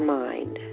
mind